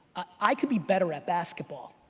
i could be better at basketball,